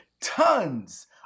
tons